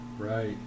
Right